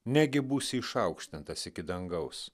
negi būsi išaukštintas iki dangaus